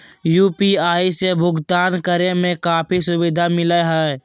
UPI से भुकतान करे में काफी सुबधा मिलैय हइ